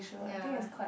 ya